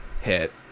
hit